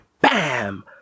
BAM